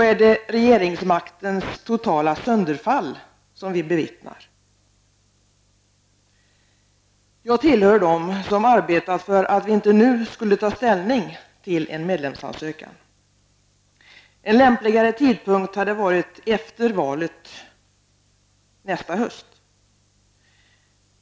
Är det regeringsmaktens totala sönderfall som vi bevittnar? Jag tillhör dem som arbetat för att vi inte nu skulle ta ställning till en medlemsansökan. En lämpligare tidpunkt hade varit efter valet nästa höst.